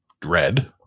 dread